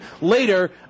Later